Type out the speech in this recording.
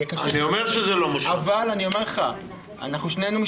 אני אומר שזה לא מושלם.